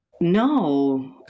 No